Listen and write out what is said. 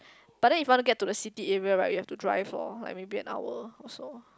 but there if want to get to the city area right you have to drive for like maybe an hour or so